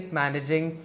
managing